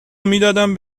میدادم